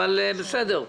אבל בסדר,